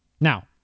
Now